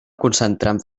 concentrant